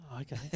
Okay